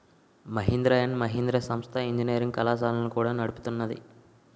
Mahindra and Mahindra సంస్థ engineering కళాశాలలను కూడా నడుపుతున్నాది